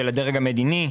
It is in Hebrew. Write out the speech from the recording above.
של הדרג המדיני,